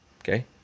okay